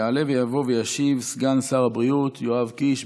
יעלה ויבוא וישיב סגן שר הבריאות יואב קיש.